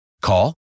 Call